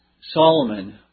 Solomon